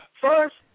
First